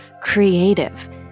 creative